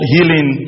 Healing